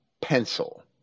pencil